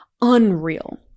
unreal